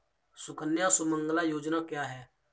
सुकन्या सुमंगला योजना क्या है?